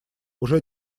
уже